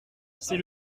c’est